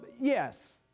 yes